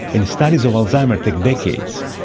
and the studies of alzheimer's takes decades.